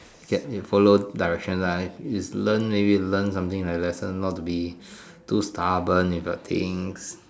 get follow directions lah just learn maybe learn something like lessons not to be too stubborn with your things